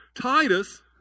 Titus